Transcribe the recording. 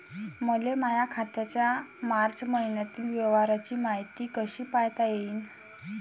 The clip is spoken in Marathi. मले माया खात्याच्या मार्च मईन्यातील व्यवहाराची मायती कशी पायता येईन?